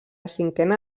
cinquena